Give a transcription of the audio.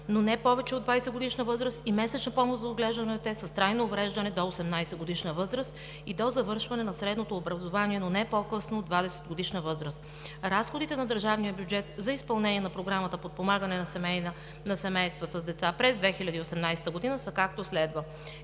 но не повече от 20-годишна възраст; и месечна помощ за отглеждане на дете с трайно увреждане до 18-годишна възраст и до завършване на средното образование, но не по-късно от 20 годишна възраст. Разходите на държавния бюджет за изпълнение на Програмата „Подпомагане на семейства с деца“ през 2018 г. са, както следва: